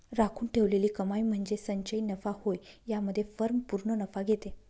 राखून ठेवलेली कमाई म्हणजे संचयी नफा होय यामध्ये फर्म पूर्ण नफा घेते